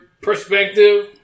perspective